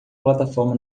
plataforma